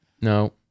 no